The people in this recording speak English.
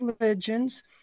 religions